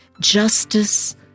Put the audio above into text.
Justice